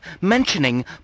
mentioning